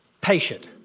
patient